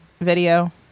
video